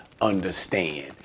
understand